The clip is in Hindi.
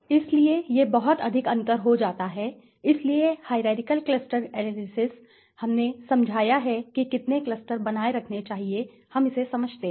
इसलिए यह बहुत अधिक अंतर हो जाता है इसलिए हाईरारकिअल क्लस्टर एनालिसिस हमने समझाया है कि कितने क्लस्टर बनाए रखने चाहिए हम इसे समझते हैं